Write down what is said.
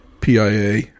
PIA